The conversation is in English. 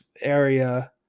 area